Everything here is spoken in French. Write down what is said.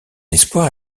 espoir